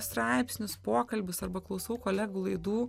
straipsnius pokalbius arba klausau kolegų laidų